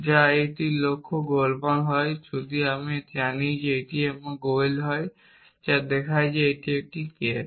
যা একটি লক্ষ্য গোলমাল হয় যদি আমি জানি যদি এটি আমার গোয়েল হয় যা দেখায় যে এটি একটি কেস